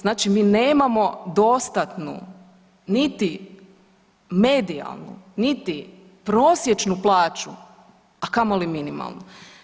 Znači mi nemamo dostatnu niti medijalnu niti prosječnu plaću, a kamoli minimalnu.